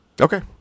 Okay